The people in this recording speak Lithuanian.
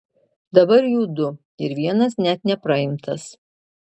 dabar jų du ir vienas net nepraimtas